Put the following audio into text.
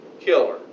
killer